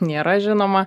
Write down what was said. nėra žinoma